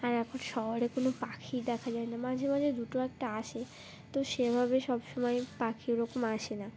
আর এখন শহরে কোনো পাখি দেখা যায় না মাঝে মাঝে দুটো একটা আসে তো সেভাবে সব সমময় পাখি ওরকম আসে না